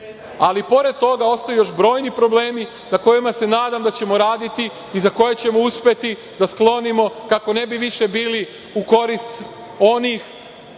Ali pored toga ostaju još brojni problemi, na kojima se nadam da ćemo raditi i za koje ćemo uspeti da sklonimo, kako ne bi više bili u korist onih